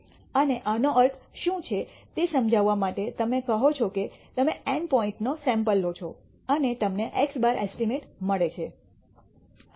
અને આનો અર્થ શું છે તે સમજવા માટે તમે કહો છો કે તમે એન પોઇન્ટનો સેમ્પલ લો છો અને તમને x̅ એસ્ટીમેટ મળે છે